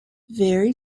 very